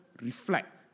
reflect